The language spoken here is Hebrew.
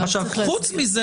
חוץ מזה,